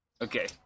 Okay